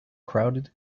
crowded